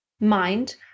mind